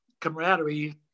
camaraderie